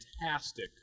fantastic